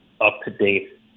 up-to-date